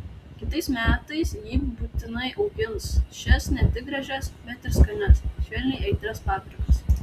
kitais metais ji būtinai augins šias ne tik gražias bet ir skanias švelniai aitrias paprikas